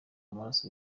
amaraso